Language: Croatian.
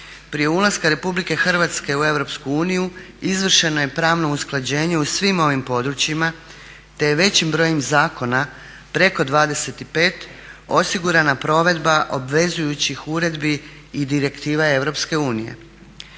Prije ulaska Republike Hrvatske u Europsku uniju izvršeno je pravno usklađenje u svim ovim područjima te je većim brojem zakona, preko 25, osigurana provedba obvezujućih uredbi i direktiva